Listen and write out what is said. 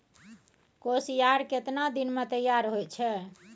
कोसियार केतना दिन मे तैयार हौय छै?